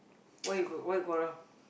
why you why you quarrel